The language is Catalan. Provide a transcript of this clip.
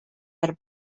per